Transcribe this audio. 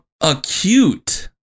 acute